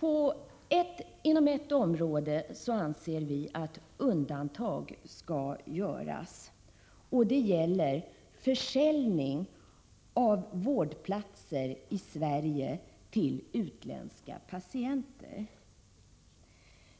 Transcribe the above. Vi anser att undantag skall göras för ett område, nämligen försäljning av vårdplatser i Sverige till utländska patienter.